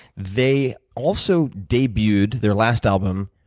they also debuted their last album,